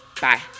bye